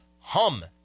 hum